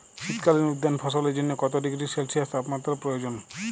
শীত কালীন উদ্যান ফসলের জন্য কত ডিগ্রী সেলসিয়াস তাপমাত্রা প্রয়োজন?